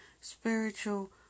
spiritual